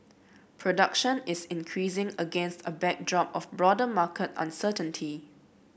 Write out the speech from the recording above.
production is increasing against a backdrop of broader market uncertainty